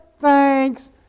thanks